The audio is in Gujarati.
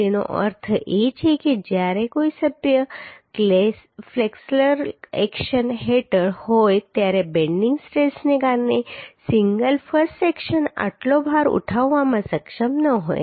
તેનો અર્થ એ છે કે જ્યારે કોઈ સભ્ય ફ્લેક્સરલ એક્શન હેઠળ હોય ત્યારે બેન્ડિંગ સ્ટ્રેસને કારણે સિંગલ I સેક્શન આટલો ભાર ઉઠાવવામાં સક્ષમ ન હોય